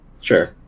sure